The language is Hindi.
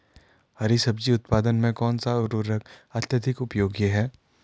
हरी सब्जी उत्पादन में कौन सा उर्वरक अत्यधिक उपयोगी है?